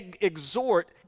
exhort